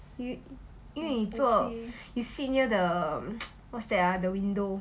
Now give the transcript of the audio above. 因因为你坐 you sit near the what's that ah the window